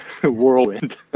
whirlwind